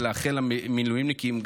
ולאחל למילואימניקים,